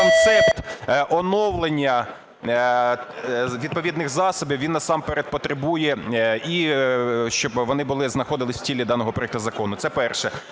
концепт оновлення відповідних засобів він насамперед потребує, і щоб вони були, знаходилися в тілі даного проекту закону. Це перше.